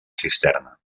cisterna